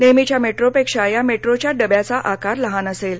नेहमीच्या मेट्रोपेक्षा या मेट्रोच्या डब्याचा आकार लहान असेल